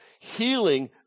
healing